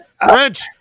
French